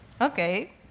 Okay